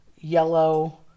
yellow